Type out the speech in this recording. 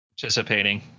Participating